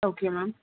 okay ma'am